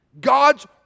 God's